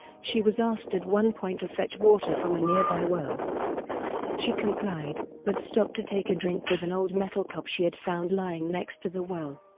she was asked at one point to fetch water from a nearby well she complied, but stopped to take a drink with an old metal cup she had found lying next to the well.